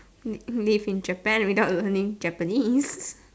live live in Japan without learning Japanese